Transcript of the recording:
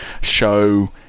show